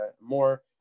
more